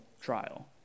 trial